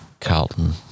Carlton